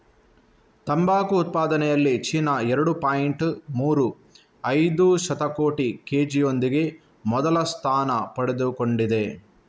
ತಂಬಾಕು ಉತ್ಪಾದನೆಯಲ್ಲಿ ಚೀನಾ ಎರಡು ಪಾಯಿಂಟ್ ಮೂರು ಐದು ಶತಕೋಟಿ ಕೆ.ಜಿಯೊಂದಿಗೆ ಮೊದಲ ಸ್ಥಾನ ಪಡೆದುಕೊಂಡಿದೆ